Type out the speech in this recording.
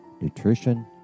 nutrition